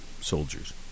soldiers